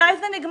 מתי זה נגמר?